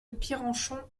pierrenchon